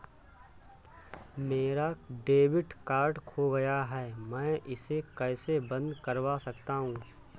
मेरा debit card खो गया है मैं इसे कैसे बंद करवा सकता हूँ?